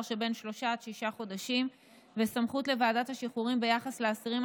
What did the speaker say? שבין שלושה לשישה חודשים וסמכות לוועדת השחרורים ביחס לאסירים